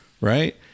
Right